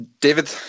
David